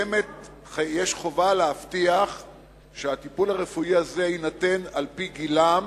יש חובה להבטיח שהטיפול הרפואי הזה יינתן על-פי גילם,